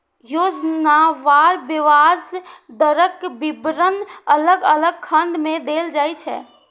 योजनावार ब्याज दरक विवरण अलग अलग खंड मे देल जाइ छै